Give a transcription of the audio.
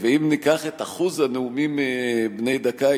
ואם ניקח את האחוז בנאומים בני דקה,